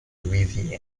louisiana